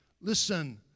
Listen